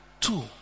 two